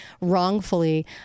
wrongfully